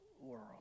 world